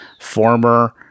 Former